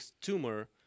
tumor